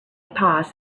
paused